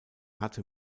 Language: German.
hatte